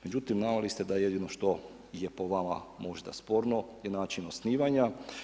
Međutim naveli ste da jedino što je po vama možda sporno je način osnivanja.